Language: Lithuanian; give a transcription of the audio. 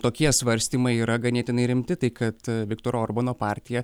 tokie svarstymai yra ganėtinai rimti tai kad viktoro orbano partija